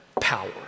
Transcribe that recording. power